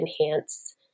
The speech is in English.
enhance